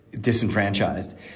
disenfranchised